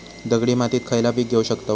दगडी मातीत खयला पीक घेव शकताव?